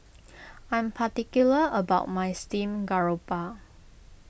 I'm particular about my Steamed Garoupa